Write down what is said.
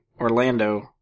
orlando